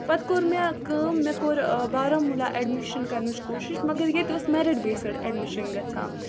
پَتہٕ کوٚر مےٚ کٲم مےٚ کوٚر بارہمولہ اٮ۪ڈمِشَن کَرنٕچ کوٗشِش مَگر ییٚتہِ اوس مٮ۪رِٹ بیسٕڈ اٮ۪ڈمِشن گژھان